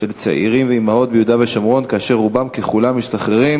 של צעירים ואימהות ביהודה ושומרון שרובם ככולם משתחררים,